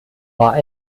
war